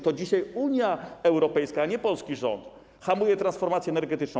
To dzisiaj Unia Europejska, a nie polski rząd hamuje transformację energetyczną.